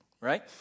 right